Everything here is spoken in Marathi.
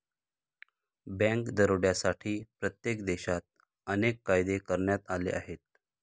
बँक दरोड्यांसाठी प्रत्येक देशात अनेक कायदे करण्यात आले आहेत